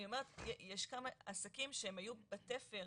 אני אומרת יש כמה עסקים שהיו בתפר,